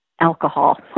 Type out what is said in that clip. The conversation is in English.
alcohol